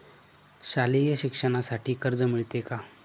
शालेय शिक्षणासाठी कर्ज मिळते का?